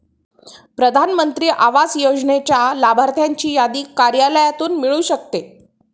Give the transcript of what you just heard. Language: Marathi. प्रधान मंत्री आवास योजनेच्या लाभार्थ्यांची यादी कार्यालयातून मिळू शकते